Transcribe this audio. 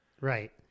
right